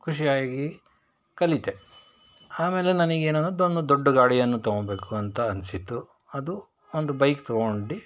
ಖುಷಿಯಾಗಿ ಕಲಿತೆ ಆಮೇಲೆ ನನಗೆ ಏನನ್ನೋ ದೋನ್ ದೊಡ್ಡ ಗಾಡಿಯನ್ನು ತಗೋಬೇಕು ಅಂತ ಅನಿಸಿತು ಅದು ಒಂದು ಬೈಕ್ ತಗೊಂಡು